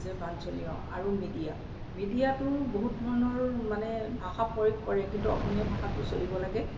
যে বাঞ্ছনীয় আৰু মিডিয়া মিডিয়াতো বহুত ধৰণৰ মানে ভাষা প্ৰয়োগ কৰে কিন্তু অসমীয়া ভাষাটো চলিব লাগে